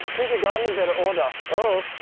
keep your garden in better order. oh